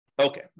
Okay